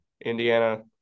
Indiana